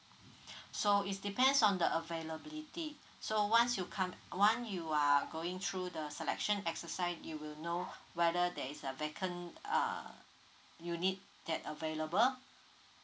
so is depends on the availability so once you come once you are going through the selection exercise you will know whether there is a vacant uh unit that available